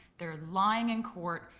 they're lying in court,